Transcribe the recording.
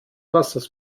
wassers